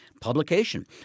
publication